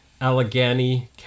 Allegheny